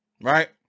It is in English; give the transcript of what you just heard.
Right